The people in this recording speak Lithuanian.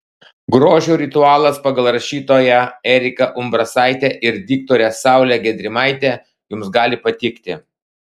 grožio ritualas pagal rašytoją eriką umbrasaitę ir diktorę saulę gedrimaitę jums gali patikti